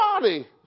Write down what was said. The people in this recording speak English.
body